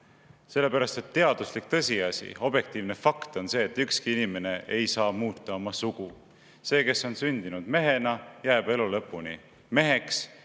sellepärast et teaduslik tõsiasi, objektiivne fakt on see, et ükski inimene ei saa muuta oma sugu. See, kes on sündinud mehena, jääb elu lõpuni meheks,